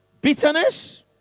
bitterness